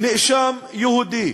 נאשם יהודי.